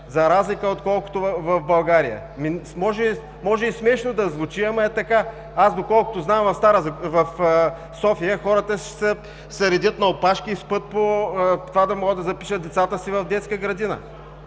за разлика от България. Може и смешно да звучи, но е така. Доколкото знам, в София хората се редят на опашки и спят там, за да могат да запишат децата си в детска градина.